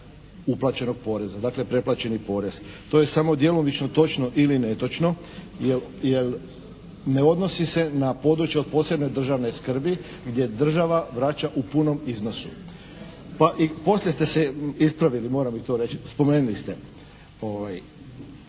uplaćenog poreza, dakle preplaćeni porez. To je samo djelomično točno ili netočno jer ne odnosi se na područje od posebne državne skrbi gdje država vraća u punom iznosu. Pa i poslije ste se ispravili, moram i to reći spomenuli ste.